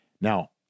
Now